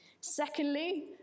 Secondly